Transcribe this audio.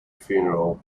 funeral